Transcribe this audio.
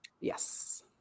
Yes